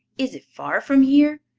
is it far from here?